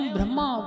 Brahma